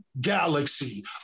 Galaxy